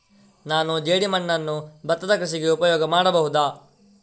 ನಾನು ಜೇಡಿಮಣ್ಣನ್ನು ಭತ್ತದ ಕೃಷಿಗೆ ಉಪಯೋಗ ಮಾಡಬಹುದಾ?